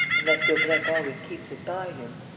unless daubrecq always keeps it by him.